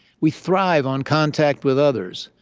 we thrive on contact with others.